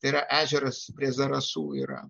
tai yra ežeras prie zarasų yra